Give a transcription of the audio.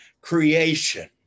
creation